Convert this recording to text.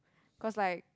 cause like